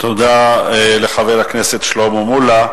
תודה לחבר הכנסת שלמה מולה.